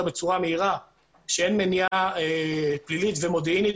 בצורה מהירה שאין מניעה פלילית ומודיעינית,